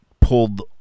pulled